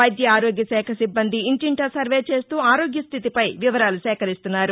వైద్య ఆరోగ్య శాఖ సిబ్బంది ఇంటింటా సర్వే చేస్తూ ఆరోగ్య స్దితిపై వివరాలు సేకరిస్తున్నారు